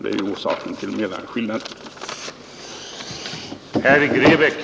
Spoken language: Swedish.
Det är orsaken till skillnaden i kostnader.